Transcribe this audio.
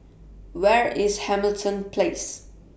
Where IS Hamilton Place